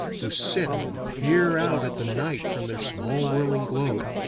who sit and peer out at the night from their small whirling globe,